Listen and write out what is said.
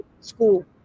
school